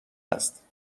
است